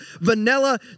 vanilla